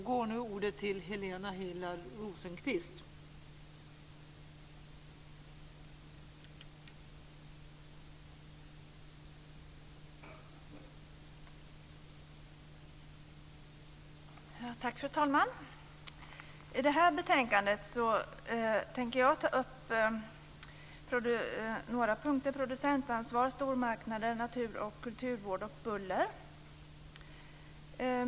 Fru talman! Jag tänker ta upp några punkter i det här betänkandet, nämligen producentansvar, stormarknader, natur och kulturvård och buller.